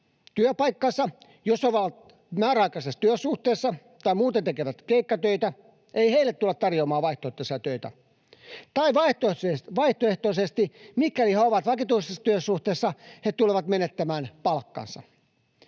työpaikkansa. Jos he ovat määräaikaisessa työsuhteessa tai muuten tekevät keikkatöitä, ei heille tulla tarjoamaan vaihtoehtoisia töitä, tai vaihtoehtoisesti, mikäli he ovat vakituisessa työsuhteessa, he tulevat menettämään palkkansa.